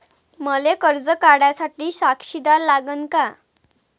मले कर्ज काढा साठी साक्षीदार लागन का?